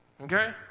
Okay